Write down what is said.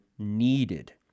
needed